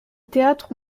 théâtre